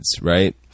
right